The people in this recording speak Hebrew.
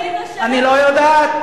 אני לא יודעת.